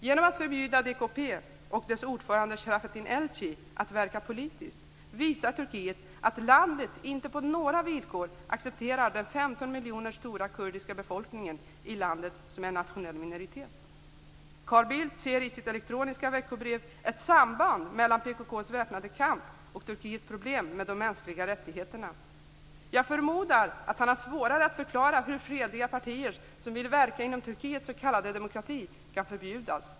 Genom att förbjuda DKP och dess ordförande Serafettin Elci att verka politiskt visar Turkiet att landet inte på några villkor accepterar den 15 miljoner stora kurdiska befolkningen i landet som en nationell minoritet. Carl Bildt ser i sitt elektroniska veckobrev ett samband mellan PKK:s väpnade kamp och Turkiets problem med de mänskliga rättigheterna. Jag förmodar att han har svårare att förklara hur fredliga partier som vill verka inom Turkiets s.k. demokrati kan förbjudas.